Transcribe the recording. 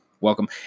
welcome